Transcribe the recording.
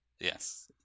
Yes